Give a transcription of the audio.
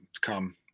come